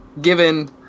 given